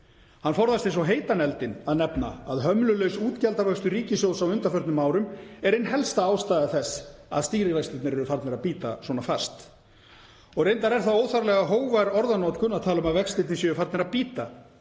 Hann forðast það eins og heitan eldinn að nefna að hömlulaus útgjaldavöxtur ríkissjóðs á undanförnum árum er ein helsta ástæða þess að stýrivextirnir eru farnir að bíta svona fast. Og reyndar er það óþarflega hógvær orðanotkun að tala um að vextirnir séu farnir að bíta.